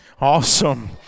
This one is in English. Awesome